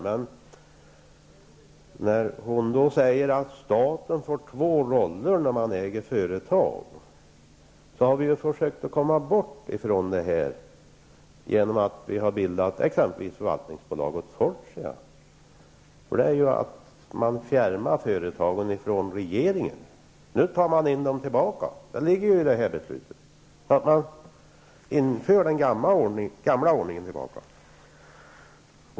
Men då hon säger att staten får två roller när man äger företag, vill jag framhålla att vi har försökt komma bort från detta genom att vi har bildat exempelvis förvaltningsbolaget Fortia. Det innebär ju att man fjärmar företagen från regeringen. Men nu tar man dem tillbaka -- det ligger ju i det här beslutet. Man återinför den gamla ordningen.